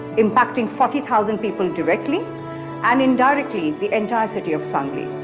impacting forty thousand people directly and, indirectly, the entire city of sangli.